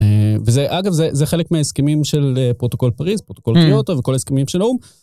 וזה אגב זה חלק מההסכמים של פרוטוקול פריז, פרוטוקול קיוטו וכל ההסכימים של האו"ם.